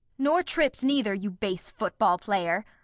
nor tripp'd neither, you base football player?